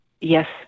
Yes